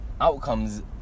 outcomes